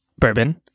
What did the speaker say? Bourbon